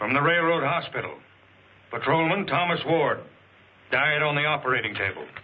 from the railroad hospital patrolling thomas ward died on the operating table